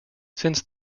since